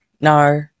no